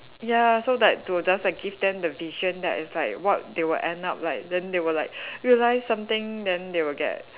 ya so like to just give them the vision that is like what they will end up like then they will like realise something then they will get